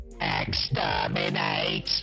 Exterminate